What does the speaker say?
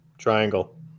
triangle